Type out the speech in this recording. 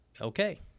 okay